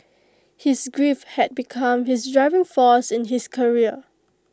his grief had become his driving force in his career